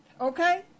Okay